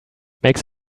makes